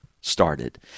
started